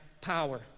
power